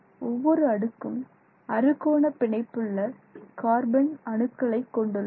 ஒவ்வொரு அடுக்கும் அறுகோண பிணைப்புள்ள கார்பன் அணுக்களை கொண்டுள்ளது